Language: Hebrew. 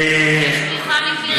יש תמיכה מקיר לקיר.